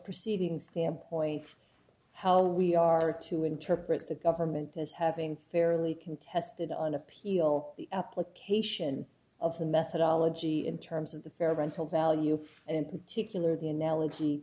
proceedings standpoint how we are to interpret the government as having fairly contested on appeal the application of the methodology in terms of the fair rental value and to kill or the analogy